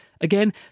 Again